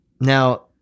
Now